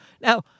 now